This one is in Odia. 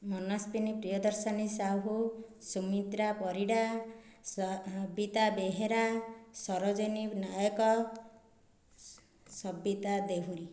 ମନସ୍ଵିନୀ ପ୍ରିୟଦର୍ଶିନୀ ସାହୁ ସୁମିତ୍ରା ପରିଡ଼ା ସବିତା ବେହେରା ସରୋଜିନୀ ନାୟକ ସବିତା ଦେହୁରି